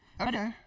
Okay